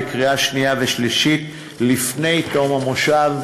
בקריאה שנייה ושלישית לפני תום המושב.